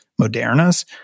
Moderna's